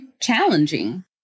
challenging